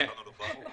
קראנו לו ברוך?